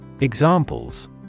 Examples